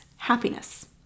happiness